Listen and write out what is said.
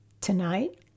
tonight